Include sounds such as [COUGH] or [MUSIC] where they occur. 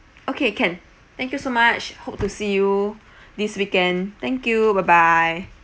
okay can thank you so much hope to see you [BREATH] this weekend thank you bye bye